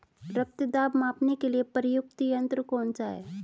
रक्त दाब मापने के लिए प्रयुक्त यंत्र कौन सा है?